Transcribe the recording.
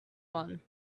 one